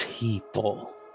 people